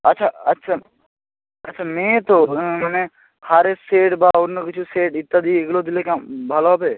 আচ্ছা আচ্ছা আচ্ছা মেয়ে তো মানে হারের সেট বা অন্য কিছুর সেট ইত্যাদি এগুলো দিলে কেমন ভালো হবে